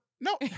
no